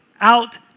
out